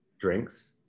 drinks